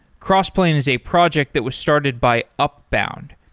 crossplane is a project that was started by upbound,